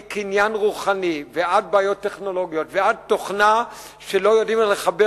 מקניין רוחני עד בעיות טכנולוגיות ועד תוכנה שלא יודעים איך לחבר,